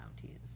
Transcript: counties